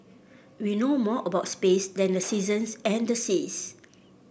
we know more about space than the seasons and the seas